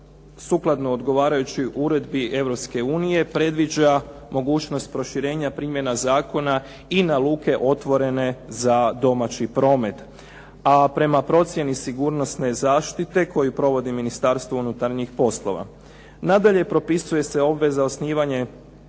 sukladno odgovarajući uredbi Europske unije predviđa mogućnost proširenja primjena zakona i na luke otvorene za domaći promet, a prema procjeni sigurnosne zaštite koju provodi Ministarstvo unutarnjih poslova. Nadalje, propisuje se obveza osnivanja